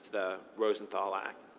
the rosenthal act.